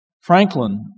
Franklin